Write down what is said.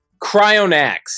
cryonax